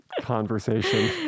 conversation